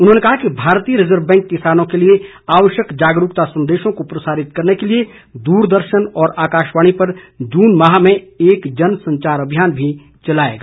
उन्होंने कहा कि भारतीय रिजर्व बैंक किसानों के लिए आवश्यक जागरूकता संदेशों को प्रसारित करने के लिए दूरदर्शन और आकाशवाणी पर जून माह में एक जन संचार अभियान भी चलाएगा